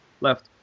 left